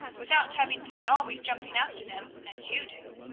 without having to be always jumping after them, as you do.